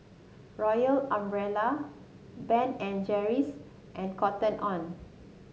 Royal Umbrella Ben and Jerry's and Cotton On